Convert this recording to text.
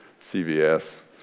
CVS